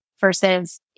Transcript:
versus